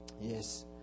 Yes